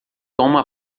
toma